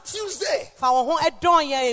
Tuesday